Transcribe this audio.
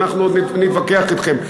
ואנחנו עוד נתווכח אתכם.